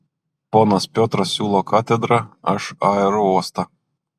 ponas piotras siūlo katedrą aš aerouostą